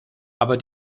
aber